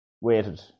weighted